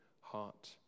heart